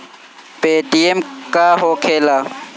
Paytm का होखेला?